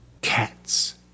Cats